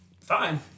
Fine